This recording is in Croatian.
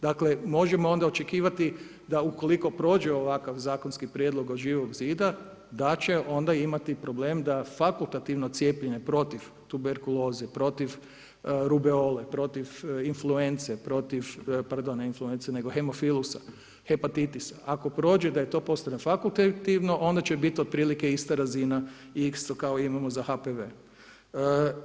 Dakle, možemo onda očekivati da ukoliko prođe ovakav zakonski prijedlog od Živog zida da će onda imati problem da fakultativno cijepljenje protiv tuberkuloze, protiv rubeole, protiv influence, protiv, pardon ne protiv influence nego hemofilusa, hepatitisa ako prođe da to postaje fakultativno onda će biti otprilike ista razina isto kao što imamo za HPV-e.